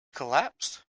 collapsed